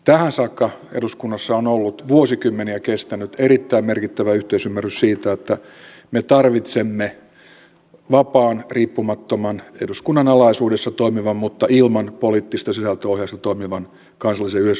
tähän saakka eduskunnassa on ollut vuosikymmeniä kestänyt erittäin merkittävä yhteisymmärrys siitä että me tarvitsemme vapaan riippumattoman eduskunnan alaisuudessa toimivan mutta ilman poliittista sisältöohjausta toimivan kansallisen yleisradioyhtiön